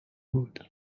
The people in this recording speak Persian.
بود